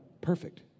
perfect